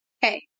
hey